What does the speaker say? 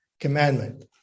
commandment